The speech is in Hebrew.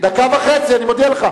דקה וחצי, אני מודיע לך.